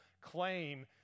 claim